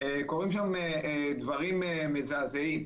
קורים שם דברים מזעזעים.